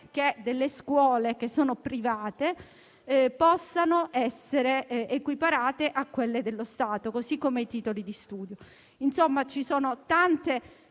che delle scuole private possano essere equiparate a quelle dello Stato, così come i titoli di studio. Ci sono ancora